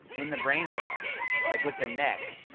in the brain jar, like with the neck